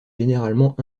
généralement